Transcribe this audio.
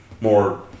more